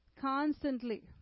constantly